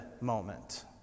moment